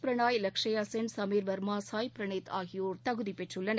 பிரனாய் லசுஷ்யா சென் சமீர் வர்மா சாய் ப்ரனீத் ஆகியோர் தகுதிபெற்றுள்ளனர்